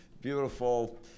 beautiful